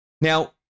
Now